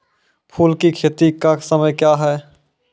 फुल की खेती का समय क्या हैं?